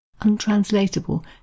untranslatable